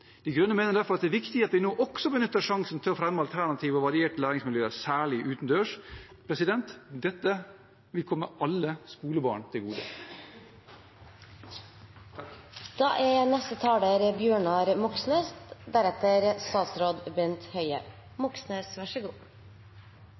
De Grønne mener derfor det er viktig at vi nå også benytter sjansen til å fremme alternative og varierte læringsmiljø, særlig utendørs. Dette vil komme alle skolebarn til gode.